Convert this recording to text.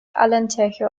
alentejo